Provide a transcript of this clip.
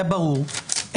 ברור.